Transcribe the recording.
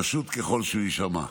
פשוט ככל שהוא יישמע,